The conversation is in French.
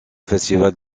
festival